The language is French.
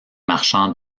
marchand